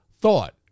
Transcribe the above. thought